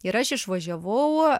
ir aš išvažiavau